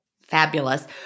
Fabulous